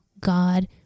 God